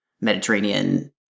Mediterranean